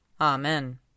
Amen